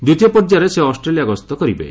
ଦ୍ୱିତୀୟ ପର୍ଯ୍ୟାୟରେ ସେ ଅଷ୍ଟ୍ରେଲିଆ ଗସ୍ତ କରିବେ